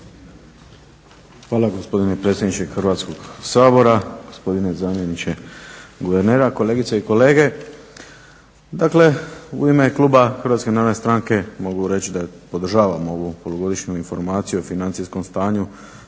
Hvala gospodine predsjedniče Hrvatskog sabora, gospodine zamjeniče guvernera, kolegice i kolege. Dakle, u ime kluba HNS-a mogu reći da podržavamo ovu polugodišnju informaciju o financijskom stanju,